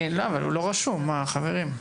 אבל הוא לא רשום, חברים.